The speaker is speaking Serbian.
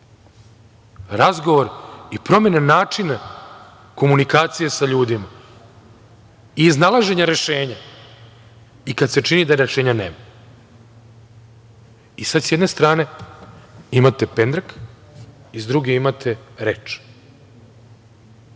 Razgovor i promena načina komunikacije sa ljudima i iznalaženje rešenja, i kada se čini da rešenja nema. Sada s jedne strane imate pendrek i s druge imate reč.